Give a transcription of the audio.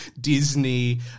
Disney